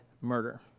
murder